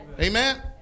Amen